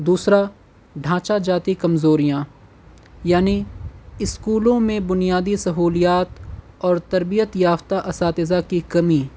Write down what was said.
دوسرا ڈھانچا جاتی کمزوریاں یعنی اسکولوں میں بنیادی سہولیات اور تربیت یافتہ اساتذہ کی کمی